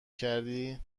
کردی